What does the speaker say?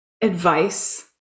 advice